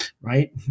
right